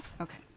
Okay